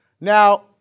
Now